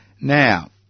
Now